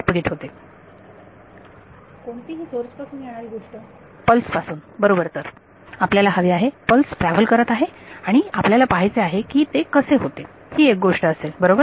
विद्यार्थी कोणतीही सोर्स पासून येणारी गोष्ट पल्स पासून बरोबर तर आपल्याला हवे आहे पल्स ट्रॅव्हल करत आहे आणि आपल्याला पाहायचे आहे की ते कसे होते ही एक गोष्ट असेल बरोबर